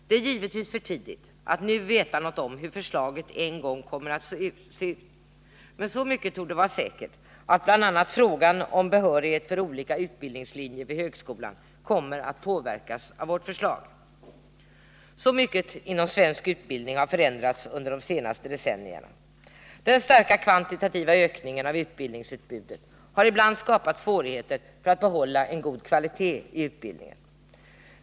Det är givetvis för tidigt att nu veta något om hur förslaget en gång kommer att se ut, men så mycket torde vara säkert, att bl.a. frågan om behörighet för olika utbildningslinjer vid högskolan kommer att påverkas av vårt förslag. Så mycket inom svensk utbildning har förändrats under de senaste decennierna. Den starka kvantitativa ökningen av utbildningsutbudet har ibland skapat svårigheter att behålla en god kvalitet i utbildningen.